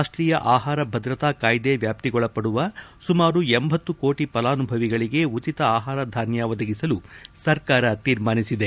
ರಾಷ್ಟೀಯ ಆಹಾರ ಭದ್ರತಾ ಕಾಯ್ಲೆ ವ್ಯಾಪಿಗೊಳಪಡುವ ಸುಮಾರು ಲಂ ಕೋಟಿ ಫಲಾನುಭವಿಗಳಿಗೆ ಉಚಿತ ಆಹಾರ ಧಾನ್ಯ ಒದಗಿಸಲು ಸರ್ಕಾರ ತೀರ್ಮಾನಿಸಿದೆ